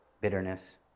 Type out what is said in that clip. bitterness